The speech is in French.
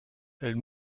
elle